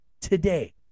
today